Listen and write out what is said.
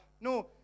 no